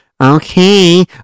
Okay